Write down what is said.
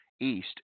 east